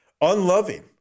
Unloving